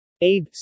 Abe